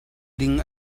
ding